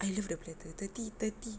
I love the platter thirty thirty